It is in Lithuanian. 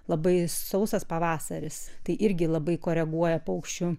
labai sausas pavasaris tai irgi labai koreguoja paukščių